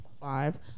Five